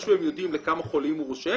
איכשהו הם יודעים לכמה חולים הוא רושם